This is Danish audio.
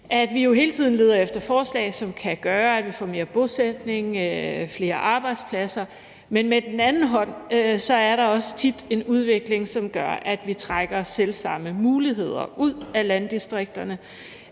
vi jo hele tiden leder efter forslag, som kan gøre, at vi får mere bosætning og flere arbejdspladser, men samtidig er der også tit en udvikling, som gør, at vi med den anden hånd trækker selv samme muligheder ud af landdistrikterne.